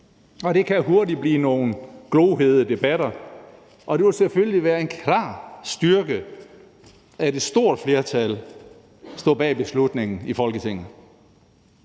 det kan hurtigt blive nogle glohede debatter, og det vil selvfølgelig være en klar styrke, at et stort flertal står bag beslutningen i Folketinget.